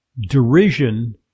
derision